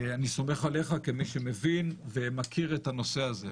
אני סומך עליך כמי שמבין ומכיר את הנושא הזה.